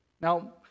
Now